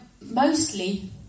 mostly